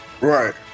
Right